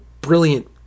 brilliant